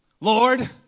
Lord